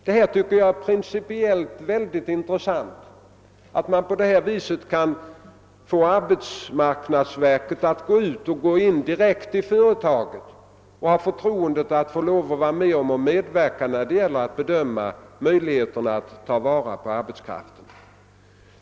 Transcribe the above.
Det är intressant att arbetsmarknadsverket har fått förtroendet att direkt inom företagen få vara med att bedöma möjligheterna att bereda sysselsättning åt den äldre arbetskraften.